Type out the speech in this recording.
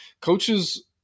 Coaches